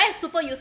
super use~